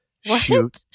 shoot